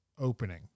opening